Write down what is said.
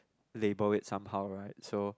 label it somehow right so